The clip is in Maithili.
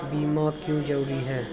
बीमा क्यों जरूरी हैं?